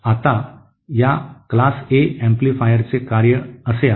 आता या वर्ग ए एम्पलीफायरचे कार्य असे आहे